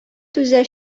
түзә